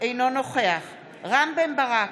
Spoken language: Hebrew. אינו נוכח רם בן ברק,